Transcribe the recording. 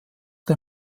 der